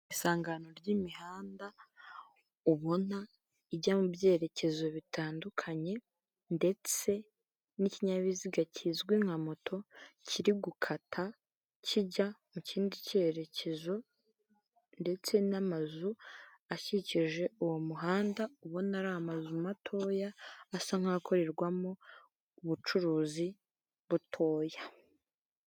Isangano ry'imihanda ubona ijya mu byerekezo bitandukanye ndetse n'ikinyabiziga kizwi nka moto kiri gukata kijya mu kindi cyerekezo ndetse n'amazu akikije uwo muhanda ubona ari amazu matoya asa nk'akorerwamo ubucuruzi butoya.